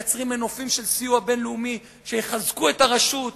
מייצרים מנופים של סיוע בין-לאומי שיחזקו את הרשות,